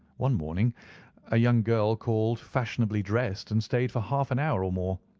one morning a young girl called, fashionably dressed, and stayed for half an hour or more.